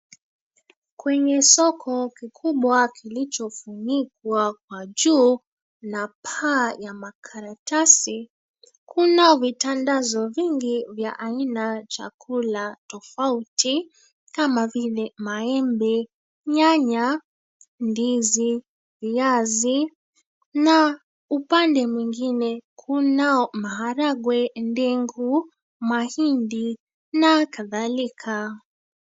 Kwenye soko kikubwa kilichofunikwa kwa juu na paa ya makaratasi kunao vitandazo vingi vya aina chakula tofauti kama vile maembe, nyanya, ndizi, viazi na upande mwengine kunao maharagwe, ndegu, mahindi na kadhalika.